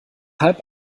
halb